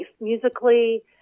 musically